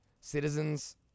citizens